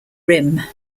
rim